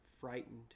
frightened